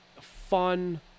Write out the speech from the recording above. Fun